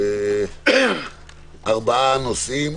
ארבעה נושאים,